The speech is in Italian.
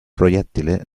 proiettile